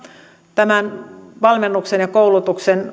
tämän valmennuksen ja koulutuksen